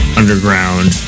underground